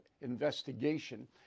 Investigation